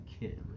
kid